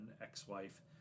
ex-wife